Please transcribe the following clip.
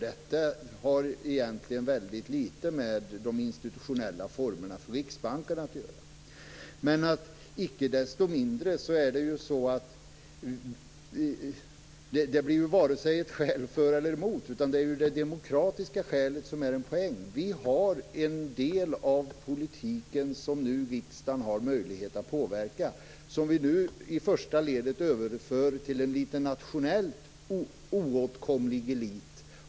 Detta har egentligen väldigt litet med de institutionella formerna för Riksbanken att göra. Men detta blir ju icke desto mindre varken ett skäl för eller emot. Det är det demokratiska skälet som är en poäng. Det här är en del av politiken som riksdagen nu har möjlighet att påverka. Nu överför vi i ett första steg denna till en liten oåtkomlig nationell elit.